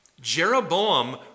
Jeroboam